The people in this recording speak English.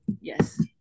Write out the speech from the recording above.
Yes